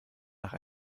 nach